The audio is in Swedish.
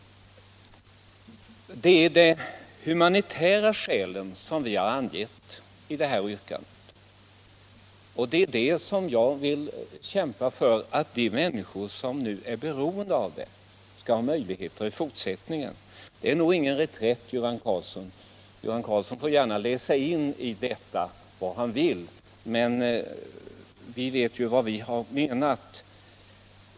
Det är humanitära skäl som har legat bakom det yrkande som framställts här i kammaren, och jag vill kämpa för att de människor som nu är beroende av THX skall ha möjligheter att få det även i fortsättningen. Det är nog ingen reträtt. Göran Karlsson får gärna läsa in i detta vad han vill, men vi vet ju vad vi har menat.